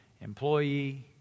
employee